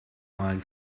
mind